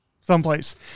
someplace